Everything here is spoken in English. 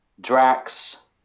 Drax